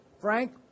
Frank